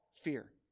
fear